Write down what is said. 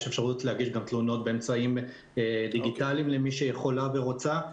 יש אפשרות להגיש תלונות גם באמצעים דיגיטליים למי שיכולה ורוצה.